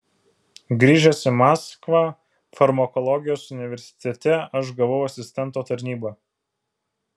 grįžęs į maskvą farmakologijos universitete aš gavau asistento tarnybą